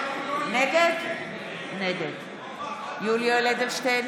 נגד יולי יואל אדלשטיין,